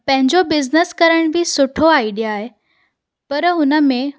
पंहिंजो बिज़नस करण बि सुठो आइडिया आहे पर हुन में